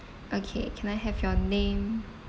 okay can I have your name